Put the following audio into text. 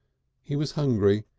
he was hungry,